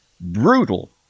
brutal